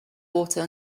water